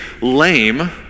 lame